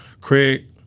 Craig